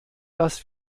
dass